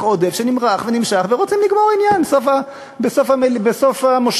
עודף שנמרח ונמשך ורוצים לגמור עניין בסוף המושב.